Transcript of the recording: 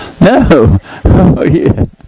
No